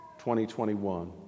2021